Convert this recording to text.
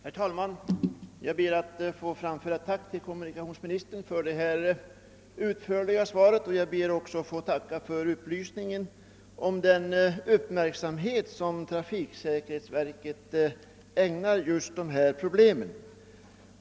Herr talman! Jag ber att få framföra mitt tack till kommunikationsministern för det utförliga svar jag fått, och jag tackar också för upplysningen att trafiksäkerhetsverket ägnar dessa problem uppmärksamhet.